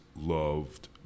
loved